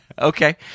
Okay